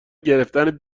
گرفتن